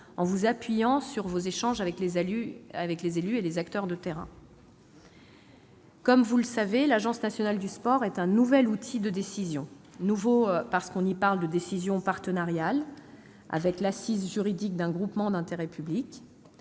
en vous appuyant sur vos échanges avec les élus et les acteurs de terrain. Comme vous le savez, l'Agence nationale du sport est un nouvel outil de décision. Nouveau parce qu'on y parle de décision partenariale, avec l'assise juridique d'un groupement d'intérêt public,